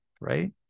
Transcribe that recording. right